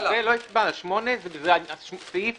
סעיף